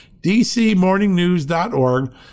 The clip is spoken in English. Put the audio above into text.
dcmorningnews.org